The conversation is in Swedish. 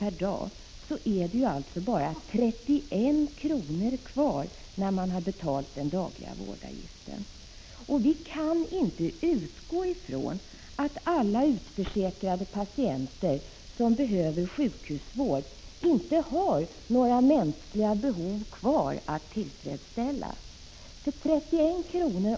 per dag, är det alltså bara 31 kr. kvar när man har betalat den dagliga vårdavgiften. Vi kan inte utgå ifrån att alla utförsäkrade patienter som behöver sjukhusvård inte har några mänskliga behov kvar att tillfredsställa. 31 kr.